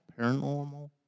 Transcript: paranormal